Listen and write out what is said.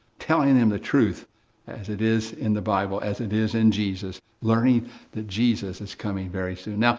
telling them the truth as it is in the bible, as it is in jesus, learning that jesus is coming very soon. now,